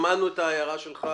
שמענו את ההערה שלך.